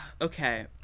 Okay